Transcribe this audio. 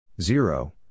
zero